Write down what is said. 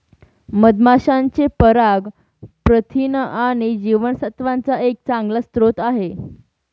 मधमाशांचे पराग प्रथिन आणि जीवनसत्त्वांचा एक चांगला स्रोत आहे